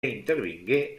intervingué